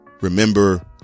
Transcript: Remember